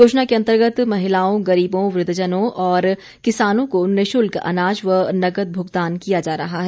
योजना के अंतर्गत महिलाओं गरीबों वृद्धजनों और किसानों को निःशुल्क अनाज व नगद भुगतान किया जा रहा है